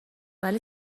ولی